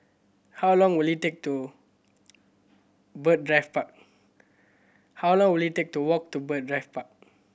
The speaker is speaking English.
how long will it take to Bird Drive Park how long will it take to walk to Bird Drive Park